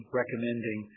recommending